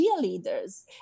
cheerleaders